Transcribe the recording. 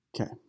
Okay